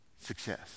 Success